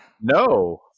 No